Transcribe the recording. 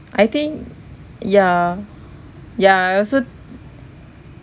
I think ya ya I also